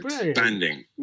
expanding